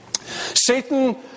Satan